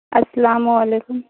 السلام علیکم